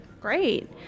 great